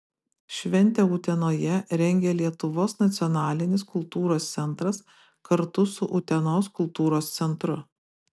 šventę utenoje rengia lietuvos nacionalinis kultūros centras kartu su utenos kultūros centru